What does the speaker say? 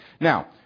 Now